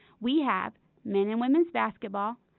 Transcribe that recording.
we have men and women's basketball,